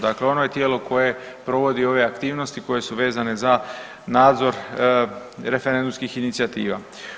Dakle, ono je tijelo koje provodi ove aktivnosti koje su vezane za nadzor referendumskih inicijativa.